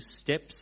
steps